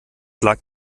lag